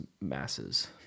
masses